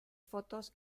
fotos